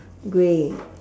grey